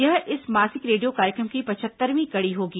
यह इस मासिक रेडियो कार्यक्रम की पचहत्तरवीं कड़ी होगी